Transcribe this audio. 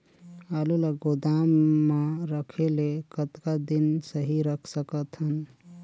आलू ल गोदाम म रखे ले कतका दिन सही रख सकथन?